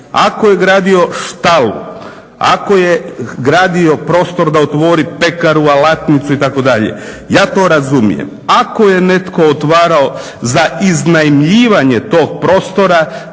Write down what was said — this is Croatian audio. ako je gradio štalu, ako je gradio prostor da otvori pekaru, alatnicu itd., ja to razumijem. Ako je netko otvarao za iznajmljivanje tog prostora